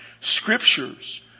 Scriptures